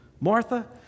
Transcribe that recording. Martha